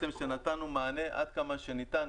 ונתנו מענה עד כמה שניתן,